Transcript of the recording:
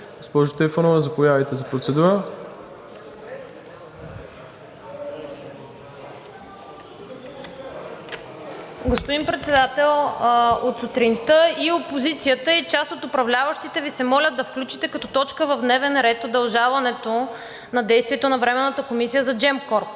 Господин Председател, от сутринта и опозицията, и част от управляващите Ви се молят да включите като точка в дневния ред удължаването на действието на Временната комисия за Gemcorp.